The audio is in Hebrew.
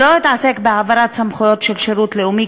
שלא יתעסק בהעברת סמכויות של שירות לאומי,